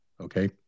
Okay